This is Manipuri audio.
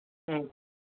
ꯎꯝ